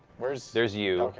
there's there's you.